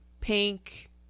pink